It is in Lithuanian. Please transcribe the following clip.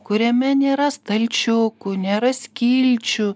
kuriame nėra stalčiukų nėra skilčių